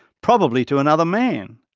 probably to another man.